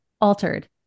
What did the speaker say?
altered